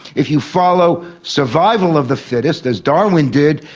if you follow survival of the fittest, as darwin did,